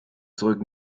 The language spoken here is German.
zurück